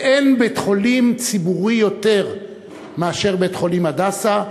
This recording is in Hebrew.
ואין בית-חולים ציבורי יותר מאשר בית-חולים "הדסה",